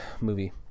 movie